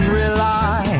rely